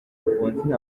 alphonsine